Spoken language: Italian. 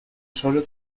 solo